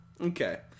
Okay